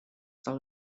del